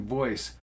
voice